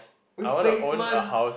replacement